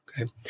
Okay